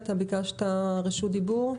אתה ביקשת רשות דיבור.